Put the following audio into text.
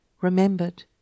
remembered